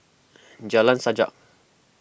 Jalan Sajak